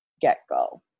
get-go